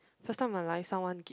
first time in my life someone gi~